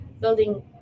building